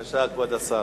בבקשה, כבוד השר.